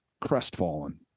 crestfallen